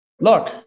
Look